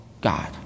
God